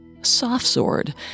Softsword